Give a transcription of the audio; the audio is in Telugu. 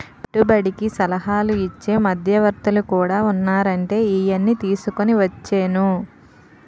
పెట్టుబడికి సలహాలు ఇచ్చే మధ్యవర్తులు కూడా ఉన్నారంటే ఈయన్ని తీసుకుని వచ్చేను